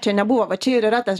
čia nebuvo va čia ir yra tas